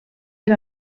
per